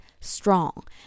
strong